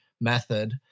method